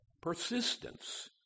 Persistence